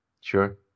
Sure